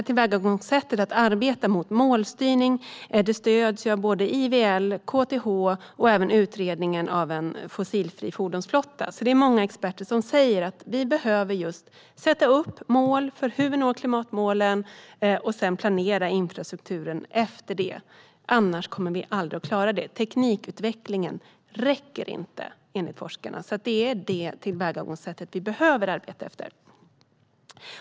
Tillvägagångssättet att arbeta mot målstyrning stöds av IVL, KTH och utredningen om en fossilfri fordonsflotta. Det är alltså många experter som säger att vi behöver sätta upp mål för hur vi når klimatmålen och sedan planera infrastrukturen efter det. Annars kommer vi aldrig att klara det. Teknikutvecklingen räcker inte, enligt forskarna. Så det är detta tillvägagångssätt vi behöver arbeta efter.